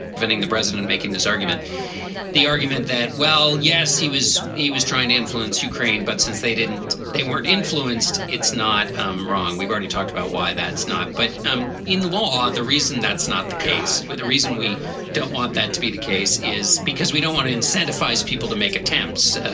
vetting the president making this argument the argument that well yes he was he was trying to influence ukraine but since they didn't they weren't influenced. it's not um wrong. we've already already talked about why that's not. but um in law the reason that's not the case with the reason we don't want that to be the case is because we don't want to incentivize people to make attempts.